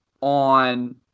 on